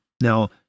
Now